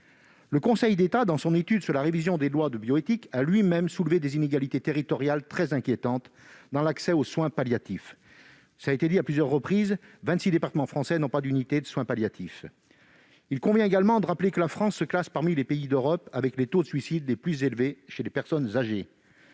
notre pays. Dans son étude sur la révision des lois de bioéthique, le Conseil d'État a lui-même signalé des inégalités territoriales très inquiétantes dans l'accès aux soins palliatifs- n'oublions pas, cela a été dit, que vingt-six départements français n'ont pas d'unité de soins palliatifs. Il convient également de rappeler que la France se classe parmi les pays d'Europe ayant les taux de suicide les plus élevés chez les personnes âgées.